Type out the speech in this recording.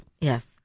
Yes